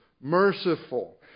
merciful